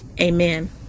Amen